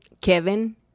Kevin